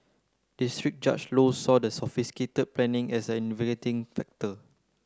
district Judge Low saw the sophisticated planning as an aggravating factor